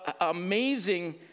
amazing